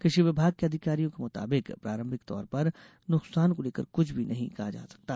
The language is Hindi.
कृषि विभाग के अधिकारियों के मुताबिक प्रारंभिक तौर पर नुकसान को लेकर कृछ भी नहीं कहा जा सकता